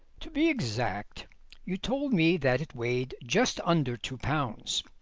to be exact you told me that it weighed just under two pounds,